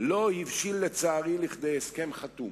לא הבשיל, לצערי, לכדי הסכם חתום.